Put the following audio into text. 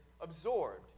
absorbed